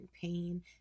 pain